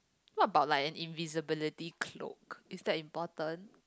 what about like an invisibility cloak is that important